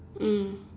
mm